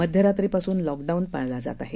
मध्यरात्रीपासून लॉकडाऊन पाळला जात आहे